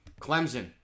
Clemson